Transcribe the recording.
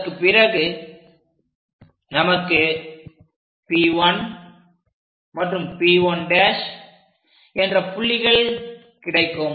அதற்குப் பிறகு நமக்கு P 1 மற்றும் P 1' என்ற புள்ளிகள் கிடைக்கும்